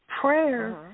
Prayer